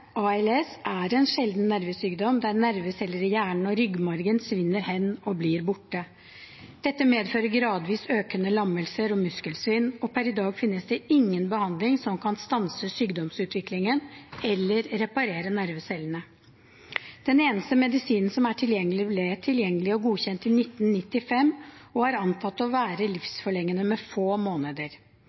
ALS, er en sjelden nervesykdom der nerveceller i hjernen og ryggmargen svinner hen og blir borte. Dette medfører gradvis økende lammelser og muskelsvinn, og per i dag finnes det ingen behandling som kan stanse sykdomsutviklingen eller reparere nervecellene. Den eneste medisinen som er tilgjengelig, ble tilgjengelig og godkjent i 1995 og er antatt å være livsforlengende med få måneder.